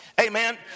Amen